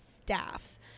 staff